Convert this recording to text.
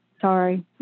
sorry